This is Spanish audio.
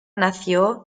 nació